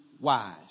Wise